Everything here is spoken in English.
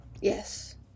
Yes